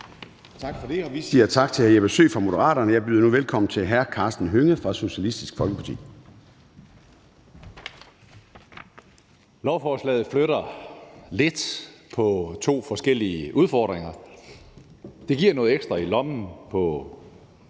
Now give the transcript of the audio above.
Tak for det, og vi siger tak til hr. Jeppe Søe fra Moderaterne. Jeg byder nu velkommen til hr. Karsten Hønge fra Socialistisk Folkeparti. Kl. 13:15 (Ordfører) Karsten Hønge (SF): Lovforslaget flytter lidt på to forskellige udfordringer. Det giver noget ekstra i lommen til